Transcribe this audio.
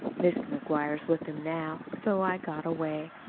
mr. mcguire's with him, now, so i got away.